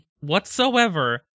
whatsoever